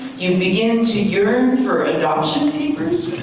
you begin to yearn for adoption papers.